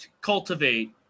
cultivate